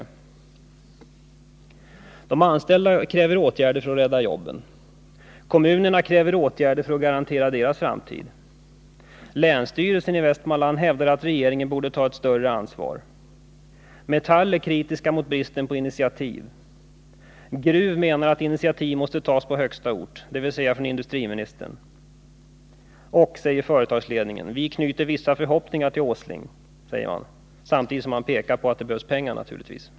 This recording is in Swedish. De anställda kräver åtgärder för att rädda jobben. Kommunerna kräver åtgärder för att garantera deras framtid. Länsstyrelsen i Västmanland kräver att regeringen tar ett större ansvar. Metall är kritiskt mot bristen på initiativ. Gruv menar att initiativet måste tas på högsta ort, dvs. av industriministern. Och företagsledningen säger att den knyter vissa förhoppningar till Nils Åsling. Samtidigt pekar man på att det behövs pengar. — Naturligtvis.